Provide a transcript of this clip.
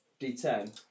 D10